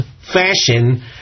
fashion